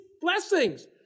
blessings